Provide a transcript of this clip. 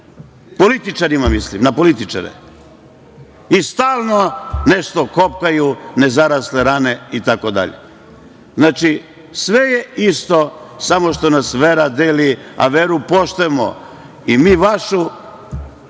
u džepu? Mislim na političare. Stalno nešto kopaju nezarasle rane, itd. Znači, sve je isto, samo što nas vera deli, a veru poštujemo, BiH našu